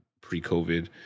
pre-COVID